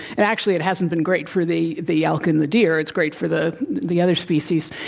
and actually, it hasn't been great for the the elk and the deer. it's great for the the other species.